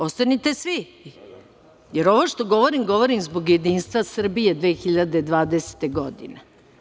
Ostanite svi, jer ovo što govorim govorim zbog jedinstva Srbije 2020. godine.